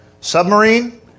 submarine